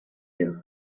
you